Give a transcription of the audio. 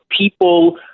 people